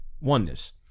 oneness